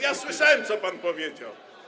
Ja słyszałem, co pan powiedział.